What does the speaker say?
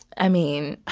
i mean,